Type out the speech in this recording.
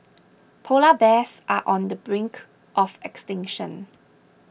Polar Bears are on the brink of extinction